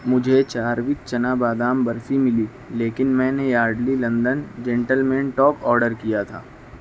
مجھے چاروک چنا بادام برفی ملی لیکن میں نے Yardley London gentleman talc order کیا تھا